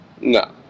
no